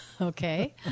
Okay